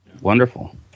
Wonderful